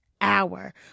hour